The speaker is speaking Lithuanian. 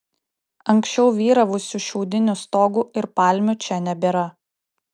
anksčiau vyravusių šiaudinių stogų ir palmių čia nebėra